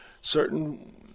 certain